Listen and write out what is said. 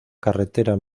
carretera